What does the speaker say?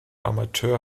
amateur